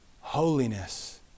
holiness